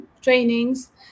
trainings